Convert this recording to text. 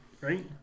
right